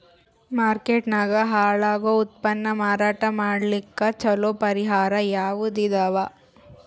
Market ನಾಗ ಹಾಳಾಗೋ ಉತ್ಪನ್ನ ಮಾರಾಟ ಮಾಡಲಿಕ್ಕ ಚಲೋ ಪರಿಹಾರ ಯಾವುದ್ ಇದಾವ?